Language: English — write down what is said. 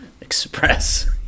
express